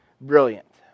brilliant